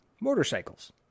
motorcycles